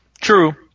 True